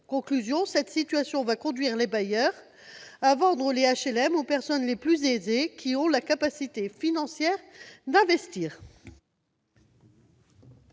conséquent, cette situation va conduire les bailleurs à vendre les HLM aux personnes les plus aisées, qui ont la capacité financière d'investir.